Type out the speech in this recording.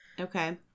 Okay